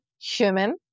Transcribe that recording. human